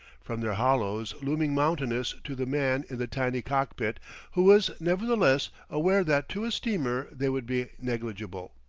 from their hollows looming mountainous to the man in the tiny cockpit who was nevertheless aware that to a steamer they would be negligible.